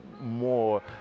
more